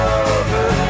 over